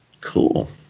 Cool